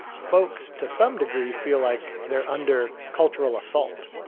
folks to some degree feel like they're under cultural assault.